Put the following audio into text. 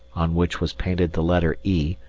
on which was painted the letter e,